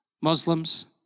Muslims